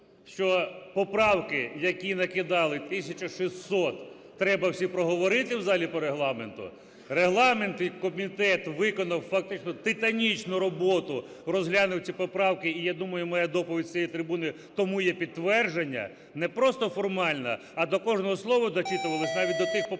що поправки, які накидали, 1 тисячу 600, треба всі проговорити в залі по Регламенту. Регламентний комітет виконав фактично титанічну роботу, розглянув ці поправки, і я думаю, моя доповідь з цієї трибуни тому є підтвердження. Не просто формально, а до кожного слова дочитувались, навіть до тих поправок,